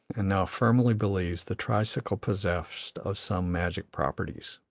and now firmly believes the tricycle possessed of some magic properties.